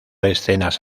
escenas